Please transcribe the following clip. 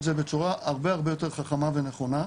זה בצורה הרבה הרבה יותר חכמה ונכונה,